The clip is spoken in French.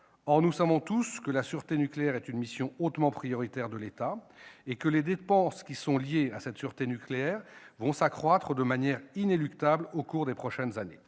Or, nous le savons tous, la sûreté nucléaire est une mission hautement prioritaire de l'État et les dépenses qui lui sont liées vont s'accroître de manière inéluctable au cours des prochaines années.